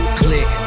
click